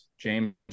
James